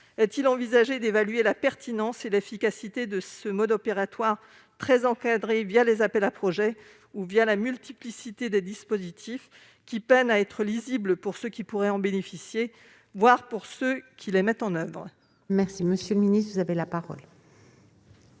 Est-il envisagé d'évaluer la pertinence et l'efficacité de ce mode opératoire très encadré les appels à projets ou la multiplicité des dispositifs ? Ces derniers peinent à être lisibles pour ceux qui pourraient en bénéficier, voire pour ceux qui les mettent en oeuvre. La parole est à M. le ministre délégué. Madame